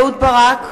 אהוד ברק,